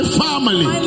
family